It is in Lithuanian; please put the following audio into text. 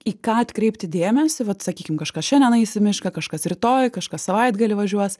į ką atkreipti dėmesį vat sakykim kažkas šiandien eis į mišką kažkas rytoj kažkas savaitgalį važiuos